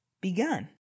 begun